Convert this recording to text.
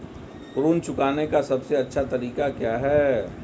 ऋण चुकाने का सबसे अच्छा तरीका क्या है?